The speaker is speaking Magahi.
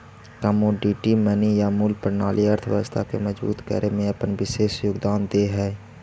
कमोडिटी मनी या मूल्य प्रणाली अर्थव्यवस्था के मजबूत करे में अपन विशेष योगदान दे हई